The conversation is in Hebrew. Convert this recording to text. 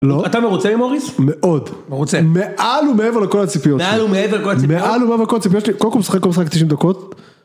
לא אתה מרוצה עם מוריס מאוד מרוצה מעל ומעבר לכל הציפיות מעל ומעבר לכל הציפיות שלי קודם כל כל משחק הוא משחק 90 דקות